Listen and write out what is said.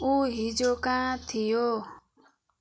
ऊ हिजो कहाँ थियो